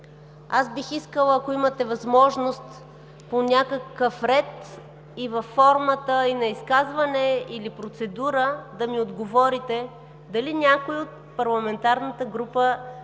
Бих искала, ако имате възможност по някакъв ред, във формата на изказване или процедура, да ми отговорите дали някой от парламентарната група